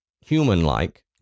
human-like